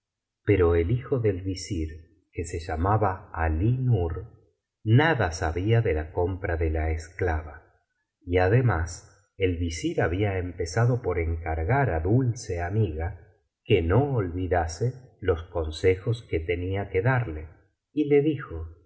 pero el hijo del visir que se llamaba alí nur nada sabía de la compra de la esclava y además el visir había empezado por encargar á dulce amiga que no olvidase los consejos que tenía que darle y le dijo